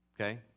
okay